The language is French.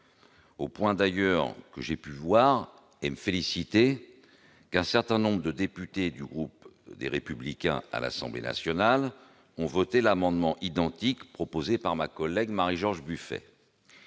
et ont montré de graves abus, au point qu'un certain nombre de députés du groupe Les Républicains de l'Assemblée nationale ont voté l'amendement identique proposé par ma collègue Marie-George Buffet,